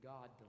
God